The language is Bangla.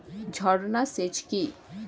ঝর্না সেচ কি?